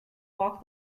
walk